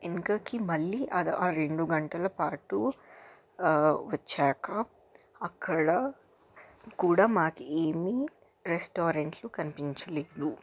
వెనుకకి మళ్లీ అద్ ఆ రెండు గంటల పాటు వచ్చాక అక్కడ కూడా మాకు ఏమీ రెస్టారెంట్లు కనిపించలేదు